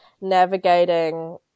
navigating